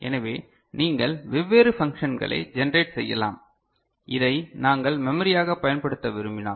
எனவே நீங்கள் வெவ்வேறு பன்க்ஷன்களை ஜனரெட் செய்யலாம் இதை நாங்கள் மெமரியாக பயன்படுத்த விரும்பினால்